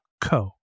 co